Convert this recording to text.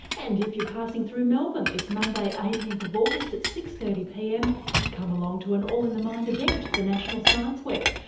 and if you're passing through melbourne this monday eighteenth august at six. thirty pm come along to an all in the mind event for national science week.